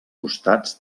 costats